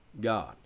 God